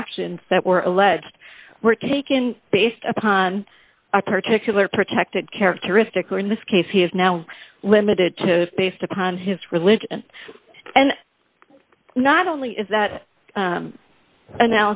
actions that were alleged were taken based upon a particular protected characteristic or in this case he is now limited to based upon his religion and not only is that